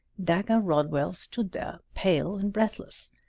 dagger rodwell stood there, pale and breathless.